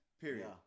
period